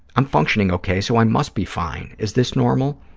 i'm functioning okay, so i must be fine. is this normal?